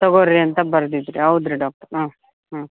ತಗೋರಿ ಅಂತ ಬರೆದಿದ್ರಿ ಹೌದುರಿ ಡಾಕ್ಟರ್ ಹ್ಞೂ ಹ್ಞೂ